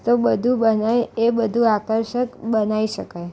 તો બધું બનાવી એ બધુ આકર્ષક બનાવી શકાય